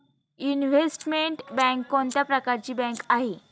Investment bank कोणत्या प्रकारची bank आहे?